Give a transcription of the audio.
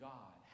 God